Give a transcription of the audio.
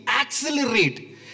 accelerate